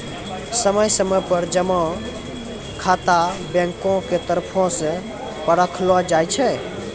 समय समय पर जमा खाता बैंको के तरफो से परखलो जाय छै